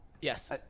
Yes